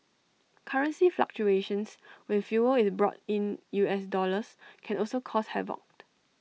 currency fluctuations when fuel is bought in U S dollars can also cause havoc